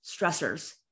stressors